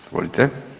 Izvolite.